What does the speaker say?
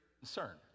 concern